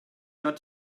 got